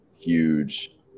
huge